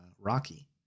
Rocky